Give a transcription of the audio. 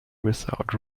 without